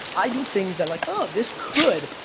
i do things that, like, oh, this could.